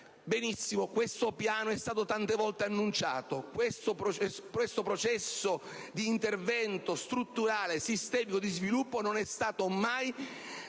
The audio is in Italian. Ebbene, tale piano è stato tante volte annunciato, ma il processo di intervento strutturale, sistemico di sviluppo non è stato mai